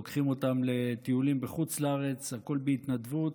הם לוקחים אותם לטיולים בחוץ לארץ, הכול בהתנדבות,